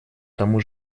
тому